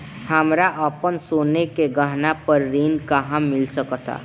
हमरा अपन सोने के गहना पर ऋण कहां मिल सकता?